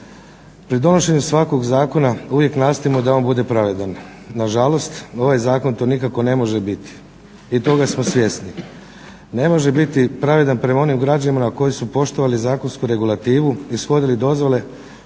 Pri donošenju svakog zakona uvijek nastojimo da on bude pravedan, na žalost ovaj zakon to nikako ne može biti i toga smo svjesni. Ne može biti pravedan prema onim građanima koji su poštovali zakonsku regulativu, ishodili dozvole,